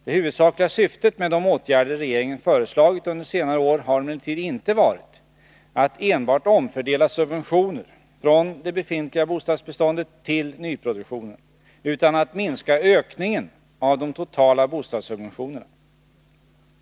Det huvudsakliga syftet med de åtgärder regeringen föreslagit under senare år har emellertid inte varit att enbart omfördela subventioner från det befintliga bostadsbeståndet till nyproduktionen, utan att minska ökningen av de totala bostadssubventionerna.